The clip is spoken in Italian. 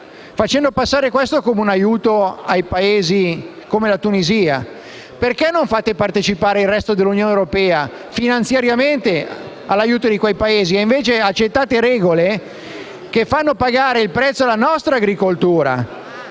facendo passare questo come un aiuto a Paesi come la Tunisia. Perché non fate partecipare finanziariamente il resto dell'Unione europea all'aiuto di quei Paesi e invece accettate regole che fanno pagare il prezzo alla nostra agricoltura?